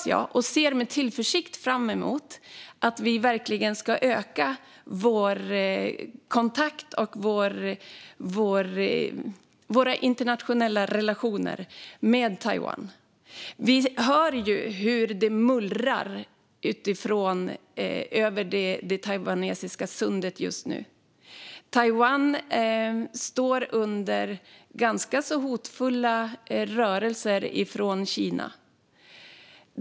Jag ser med tillförsikt fram emot beredningen och hoppas att vi verkligen ska öka våra kontakter och internationella relationer med Taiwan. Vi hör hur det mullrar över Taiwansundet just nu. Taiwan utsätts för ganska hotfulla rörelser från Kina.